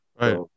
right